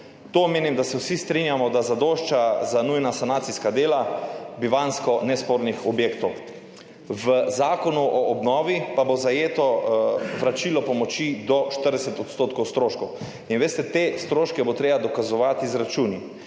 To menim, da se vsi strinjamo, da zadošča za nujna sanacijska dela bivanjsko nespornih objektov. V Zakonu o obnovi pa bo zajeto vračilo pomoči do 40 % stroškov. In veste, te stroške bo treba dokazovati z računi.